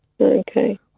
Okay